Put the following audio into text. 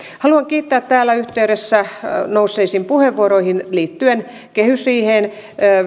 haluan kiittää tässä yhteydessä nousseista puheenvuoroista liittyen kehysriiheen